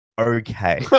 okay